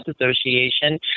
Association